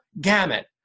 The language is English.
gamut